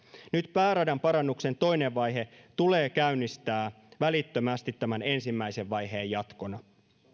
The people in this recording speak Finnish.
pääradan parannuksen toinen vaihe tulee käynnistää välittömästi nyt tämän ensimmäisen vaiheen jatkona